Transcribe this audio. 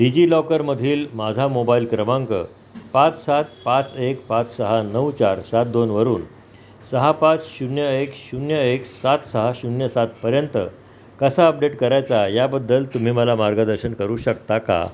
डिजिलॉकरमधील माझा मोबाईल क्रमांक पाच सात पाच एक पाच सहा नऊ चार सात दोनवरून सहा पाच शून्य एक शून्य एक सात सहा शून्य सातपर्यंत कसा अपडेट करायचा याबद्दल तुम्ही मला मार्गदर्शन करू शकता का